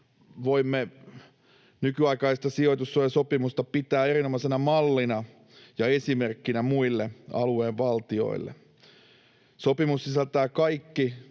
voimme nykyaikaista sijoitussuojasopimusta pitää erinomaisena mallina ja esimerkkinä muille alueen valtioille. Sopimus sisältää kaikki